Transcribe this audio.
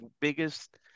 biggest